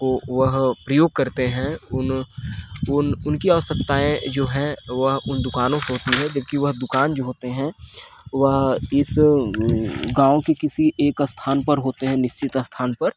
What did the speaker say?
को वह प्रयोग करते हैं उनकी आवश्यकताएँ जो हैं वह उन दुकानों को होती है जबकि वह दुकान जो होते हैं वह इस गाँव के किसी एक स्थान पर होते हैं निश्चित स्थान पर